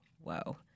whoa